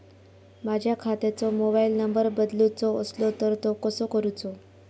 माझ्या खात्याचो mobile number बदलुचो असलो तर तो कसो करूचो?